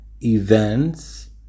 events